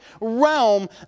realm